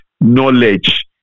knowledge